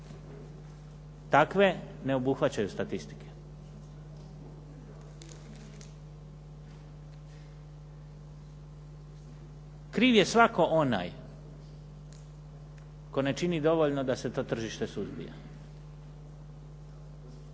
Takve ne obuhvaćaju statistike. Kriv je svatko onaj tko ne čini dovoljno da se to tržište suzbija.